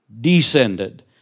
descended